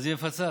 היא מפצה.